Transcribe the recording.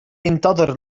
انتظر